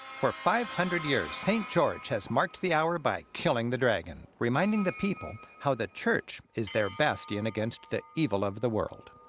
for five hundred years, st. george has marked the hour by killing the dragon, reminding the people how the church is their bastion against the evil of the world.